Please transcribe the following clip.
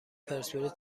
پرسپولیس